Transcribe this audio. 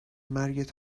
مرگت